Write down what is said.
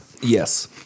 Yes